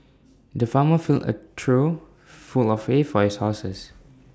the farmer filled A trough full of hay for his horses